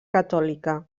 catòlica